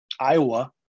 Iowa